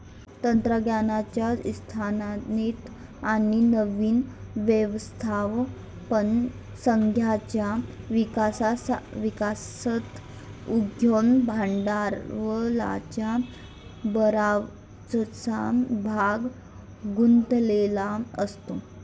तंत्रज्ञानाच्या स्थापनेत आणि नवीन व्यवस्थापन संघाच्या विकासात उद्यम भांडवलाचा बराचसा भाग गुंतलेला असतो